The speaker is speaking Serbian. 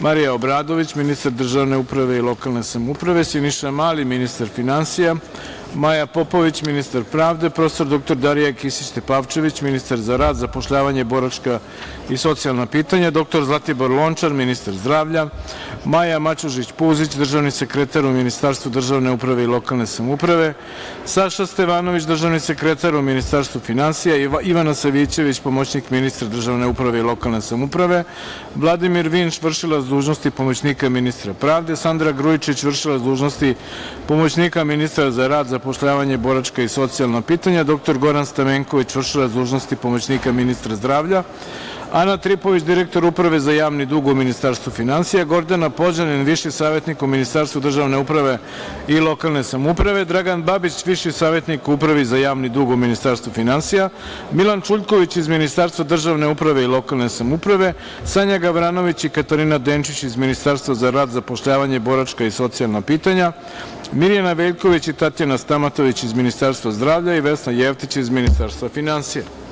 Marija Obradović, ministar državne uprave i lokalne samouprave, Siniša Mali, ministar finansija, Maja Popović, ministar pravde, prof. dr Darija Kisić Tepavčević, ministar za rad, zapošljavanje, boračka i socijalna pitanja, dr Zlatibor Lončar, ministar zdravlja, Maja Mačužić Puzič, državni sekretar u Ministarstvu državne uprave i lokalne samouprave, Saša Stevanović, državni sekretar u Ministarstvu finansija, Ivana Savićević, pomoćnik ministra državne uprave i lokalne samouprave, Vladimir Vinš, vršilac dužnosti pomoćnika ministra pravde, Sandra Grujičić, vršilac dužnosti pomoćnika ministra za rad, zapošljavanje, boračka i socijalna pitanja, dr Goran Stamenković, vršilac dužnosti pomoćnika ministra zdravlja, Ana Tripović, direktor Uprave za javni dug u Ministarstvu finansija, Gordana Pođanin, viši savetnik u Ministarstvu državne uprave i lokalne samouprave, Dragan Babić, viši savetniku u Upravi za javni dug u Ministarstvu finansija, Milan Čuljković, iz Ministarstva državne uprave i lokalne samouprave, Sanja Gavranović i Katarina Denčić, iz Ministarstva za rad, zapošljavanje, boračka i socijalna pitanja, Mirjana Veljković i Tatjana Stamatović, iz Ministarstva zdravlja i Vesna Jevtić, iz Ministarstva finansija.